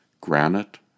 granite